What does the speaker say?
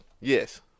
Yes